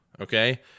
okay